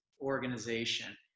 organization